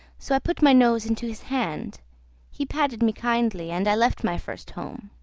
so i put my nose into his hand he patted me kindly, and i left my first home.